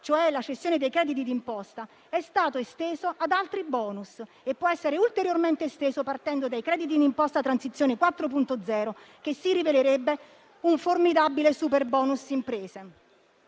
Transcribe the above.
cioè la cessione dei crediti d'imposta, è stato esteso ad altri bonus e può essere ulteriormente esteso partendo dal credito d'imposta Transizione 4.0, che si rivelerebbe un formidabile superbonus imprese.